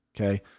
okay